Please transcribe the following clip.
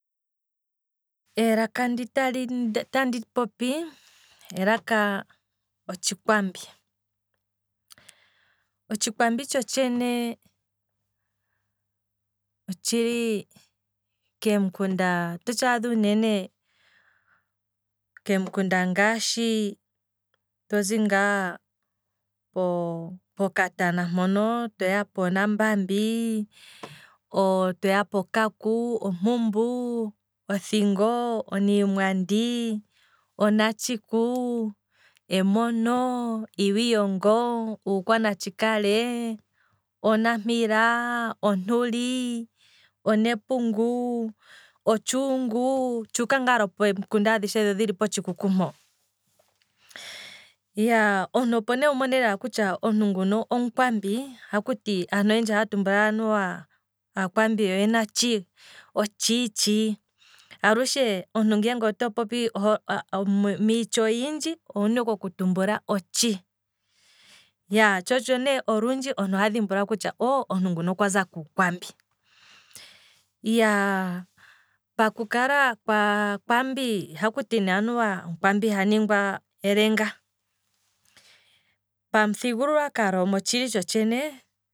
Elaka ndi tali tandi popi elaka otshikwambi, otshikwambi tsho tshene otshili kem'kunda, oto tshaadha uunene kem'kunda ngaashi tozi ngaa uunene pokatana mpono, toya ponambambi, toya pokaku, ompumbu, othingo, oniimwandi, onatshiku, emono, iiwiiyongo, ukwanatshikale, onampila, ontuli, onepungu, otshuungu, tshuuka ngaa pem'kunda adhishe dhi dhili lopotshikuku mpo, omuntu opo ne wumone kutya omuntu nguno omukwambi, ohakuti, aantu oyendji ohaya tumbula kutya omukwambi okuna "tshi, otshi tshi" alushe ngele oto popi, miitya oyindji owuna ike oku tumbula "otshi" yaa, tsho otsho nee olundji, omuntu nguno oha dhimbulula kutya omuntu nguno okwaza kuukwambi, iyaa paku kala kwaakwambi, ohaku tiwa omukwambi iha ningwa elenga, pamuthigululwakalo motshili tsho tshenee